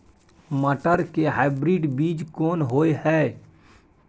मटर के हाइब्रिड बीज कोन होय है?